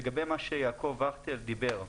לגבי מה שיעקב וכטל דיבר,